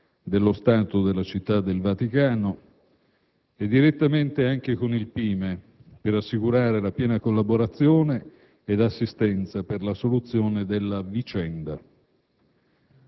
La Farnesina ha mantenuto fin dai primissimi momenti del sequestro contatti regolari con le autorità dello Stato della Città del Vaticano